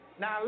Now